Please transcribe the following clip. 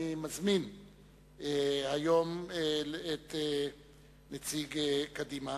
אני מזמין את נציג קדימה,